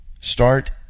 Start